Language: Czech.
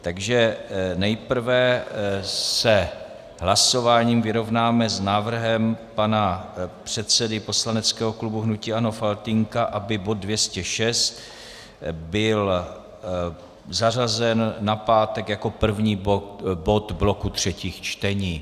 Takže nejprve se hlasováním vyrovnáme s návrhem pana předsedy poslaneckého klubu hnutí ANO Faltýnka, aby bod 206 byl zařazen na pátek jako první bod bloku třetích čtení.